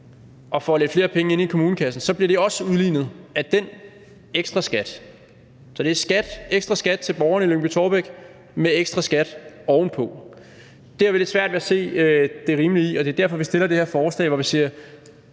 og får lidt flere penge i kommunekassen, bliver de også udlignet af den ekstra skat. Så det er ekstra skat til borgerne i Lyngby-Taarbæk med ekstra skat ovenpå. Det har vi lidt svært ved at se det rimelige i, og det er derfor, vi fremsætter det her forslag, hvor vi siger,